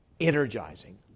energizing